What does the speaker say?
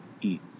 eat